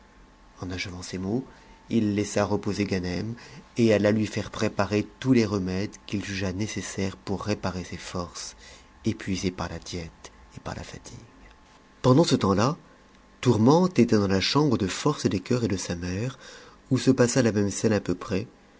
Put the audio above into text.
en achevant ces mots il laissa reposer ganem et alla lui faire préparer tons les remèdes qu'il juge nécessaires pour réparer ses forces épuisées par la diète et par fatigue pendant ce temps ta tourmente était dans la chambre de force des cœurs et de sa mère où se passa la même scène à peu près